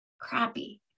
crappy